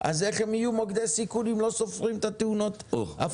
אז איך הם יהיו מוקדי סיכון אם לא סופרים את התאונות הפלסטינאיות?